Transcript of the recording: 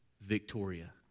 Victoria